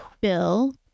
bill